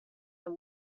and